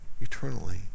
eternally